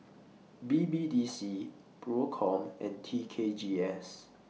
B B D C PROCOM and T K G S